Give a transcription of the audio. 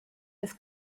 his